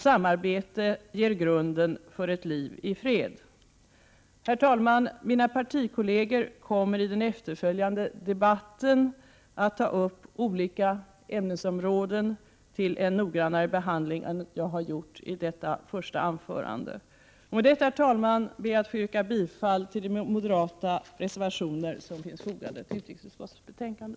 Samarbete ger grunden för ett liv i fred. Herr talman! Mina partikolleger kommer under den efterföljande debatten att ta upp olika ämnesområden till en noggrannare behandling än jag har gjort i detta första anförande. Med detta, herr talman, ber jag att få yrka bifall till de moderata reservationer som finns fogade till detta betänkande.